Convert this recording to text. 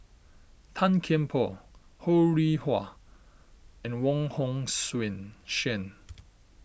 Tan Kian Por Ho Rih Hwa and Wong Hong Suen